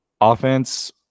offense